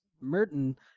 Merton